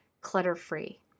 clutter-free